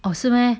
oh 是 meh